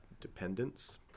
dependence